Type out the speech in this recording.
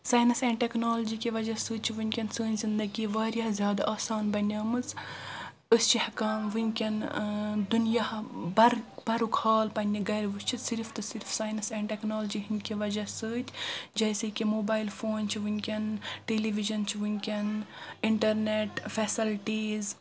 science and technology کہِ وجہٕ سۭتۍ چھِ ونکیٚن سانۍ زنٛدگی واریاہ زیادٕ آسان بنیمٕژ أسۍ چھِ ہیٚکان ونکیٚن دُنیا بر بَرُک حال پننہِ گرِ وچھتھ صرف تہِ صرف ساینس اینٛڈ ٹیٚکنالجی ہنٛدۍ کہِ وجہِ سۭتۍ جیسے کہِ موبایل فُون چھٕ ونکیٚن ٹیلی وِجن چھُ ونکیٚن انٹرنیٚٹ فیسلٹیز